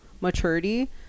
maturity